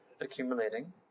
accumulating